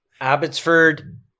Abbotsford